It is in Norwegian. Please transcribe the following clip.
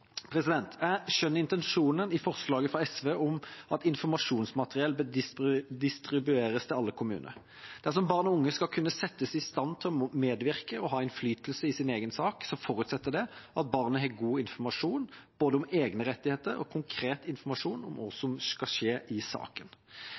Jeg skjønner intensjonen i forslaget fra SV om at informasjonsmateriell bør distribueres til alle kommuner. Dersom barn og unge skal kunne settes i stand til å medvirke og ha innflytelse i sin egen sak, forutsetter det at barnet har både god informasjon om egne rettigheter og konkret informasjon om hva